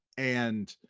and